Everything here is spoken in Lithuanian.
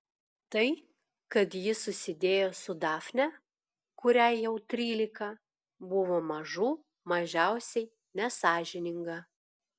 tai kad ji susidėjo su dafne kuriai jau trylika buvo mažų mažiausiai nesąžininga